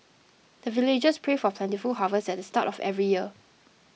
the villagers pray for plentiful harvest at the start of every year